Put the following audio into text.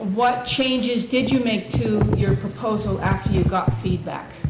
what changes did you make to your proposal after you got feedback